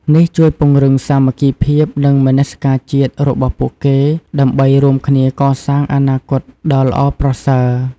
នេះជួយពង្រឹង សាមគ្គីភាព និង មនសិការជាតិ របស់ពួកគេ ដើម្បីរួមគ្នាកសាងអនាគតដ៏ល្អប្រសើរ។